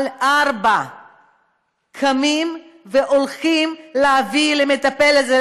על ארבע קמים והולכים להביא למטפל הזה,